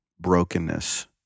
brokenness